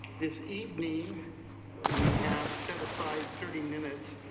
this evening we have set aside thirty minutes,